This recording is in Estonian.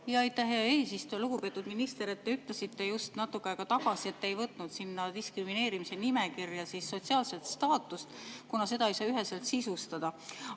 Aitäh, hea eesistuja! Lugupeetud minister! Te ütlesite just natuke aega tagasi, et te ei võtnud sinna diskrimineerimise nimekirja sotsiaalset staatust, kuna seda ei saa üheselt sisustada.